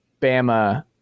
Bama